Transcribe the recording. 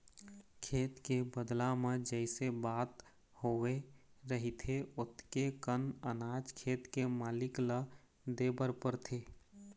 खेत के बदला म जइसे बात होवे रहिथे ओतके कन अनाज खेत के मालिक ल देबर परथे